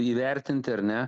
įvertinti ar ne